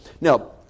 Now